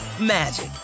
magic